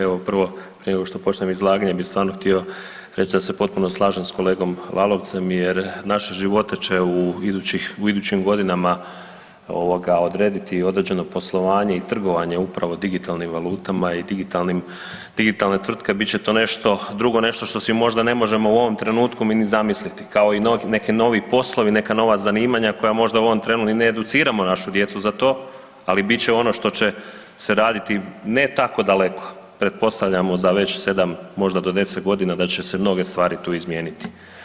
Evo prvo, prije nego što počnem izlaganje bih stvarno htio reći da se potpuno slažem s kolegom Lalovcem jer naše živote će u idućim godinama odrediti određeno poslovanje i trgovanje upravo digitalnim valutama i digitalnim, digitalne tvrtke, bit će to nešto drugo, nešto što si možda ne možemo u ovome trenutku mi ni zamisliti, kao neke novi poslovi, neka nova zanimanja koja možda u ovom trenu ni ne educiramo našu djecu za to, ali bit će ono što će se raditi ne tako daleko, pretpostavljamo za već 7, možda do 10 godina da će se mnoge stvari tu izmijeniti.